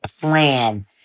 plan